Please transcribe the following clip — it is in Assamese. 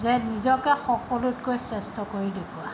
যে নিজকে সকলোতকৈ শ্ৰেষ্ঠ কৰি দেখুওৱা